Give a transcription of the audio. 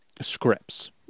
scripts